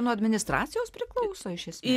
nuo administracijos priklauso iš esmės